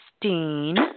Christine